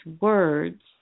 words